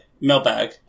mailbag